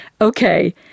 okay